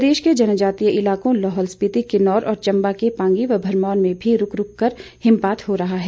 प्रदेश के जनजातीय इलाकों लाहौल स्पीति किन्नौर और चंबा के पांगी व भरमौर में भी रूक रूक कर हिमपात हो रहा है